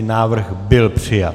Návrh byl přijat.